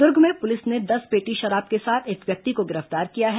दुर्ग में पुलिस ने दस पेटी शराब के साथ एक व्यक्ति को गिरफ्तार किया है